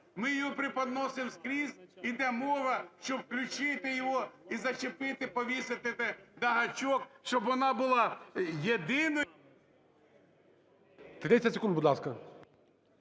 ми її преподносимо скрізь. Іде мова, щоб включити її і зачепити, повісити на гачок, щоб вона була єдиною…